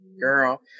girl